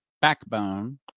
backbone